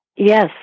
Yes